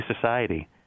society